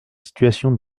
situation